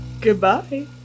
Goodbye